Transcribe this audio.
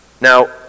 Now